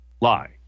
lie